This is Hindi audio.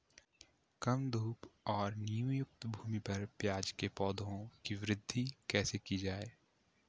कम धूप और नमीयुक्त भूमि पर प्याज़ के पौधों की वृद्धि कैसे की जाए?